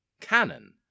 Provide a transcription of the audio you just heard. canon